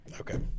Okay